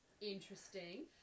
Interesting